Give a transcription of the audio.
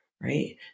right